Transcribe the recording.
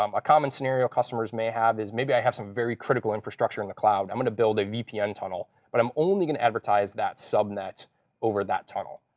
um a common scenario customers may have is maybe i have some very critical infrastructure in the cloud. i'm going to build a vpn tunnel, but i'm only going to advertise that subnet over that tunnel.